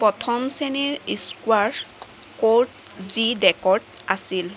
প্ৰথম শ্ৰেণীৰ squash court G ডেকত আছিল